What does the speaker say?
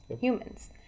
humans